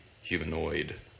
humanoid